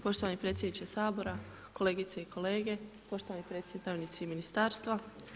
Poštovani predsjedniče Sabora, kolegice i kolege, poštovani predstavnici ministarstva.